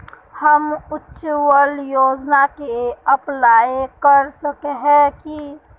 हम उज्वल योजना के अप्लाई कर सके है की?